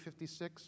56